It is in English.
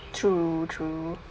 true true